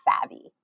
savvy